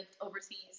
overseas